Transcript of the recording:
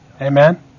Amen